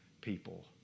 people